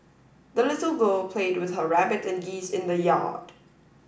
the little girl played with her rabbit and geese in the yard